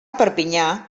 perpinyà